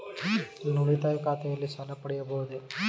ನನ್ನ ಉಳಿತಾಯ ಖಾತೆಯಲ್ಲಿ ಸಾಲ ಪಡೆಯಬಹುದೇ?